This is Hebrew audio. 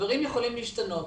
דברים יכולים להשתנות.